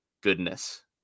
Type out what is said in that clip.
goodness